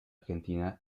argentina